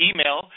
Email